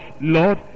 Lord